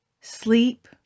sleep